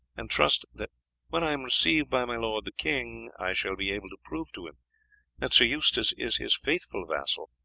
and trust that when i am received by my lord the king i shall be able to prove to him that sir eustace is his faithful vassal,